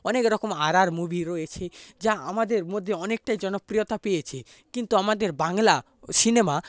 অনেকরকম আর আর মুভি রয়েছে যা আমাদের মধ্যে অনেকটাই জনপ্রিয়তা পেয়েছে কিন্তু আমাদের বাংলা সিনেমা